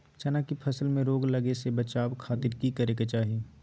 चना की फसल में रोग लगे से बचावे खातिर की करे के चाही?